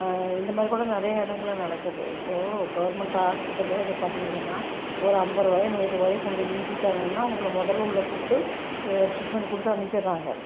இந்த மாதிரி கூட நிறைய இடங்கள்ல நடக்குது இப்போது கவர்ன்மெண்ட் ஆஸ்பத்திரியிலேயே வந்து பார்த்தீங்கன்னு சொன்னால் ஒரு ஐம்பது ரூபாயோ நூறுபாயோ கொண்டு போய் நீட்டிட்டாங்கன்னா அவங்களை முதலில் உள்ளே கூப்பிட்டு ட்ரீட்மெண்ட் கொடுத்து அனுப்பிடுறாங்க